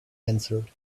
answered